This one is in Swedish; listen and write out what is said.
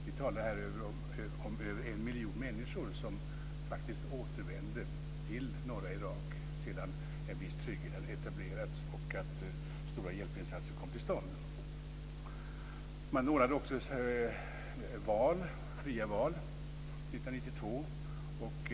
Vi talar här om över en miljon människor som faktiskt återvände till norra Irak sedan en viss trygghet hade etablerats och stora hjälpinsatser hade kommit till stånd. Man ordnade också fria val 1992.